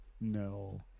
no